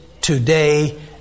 today